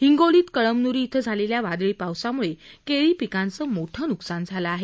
हिंगोलीत कळमन्री इथं झालेल्या वादळी पावसाम्ळे केळी पीकांचं मोठं न्कसान झालं आहे